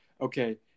okay